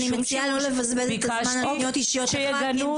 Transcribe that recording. אני מציעה לא לבזבז את הזמן על עמדות אישיות של ח"כים.